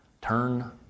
Turn